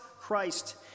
Christ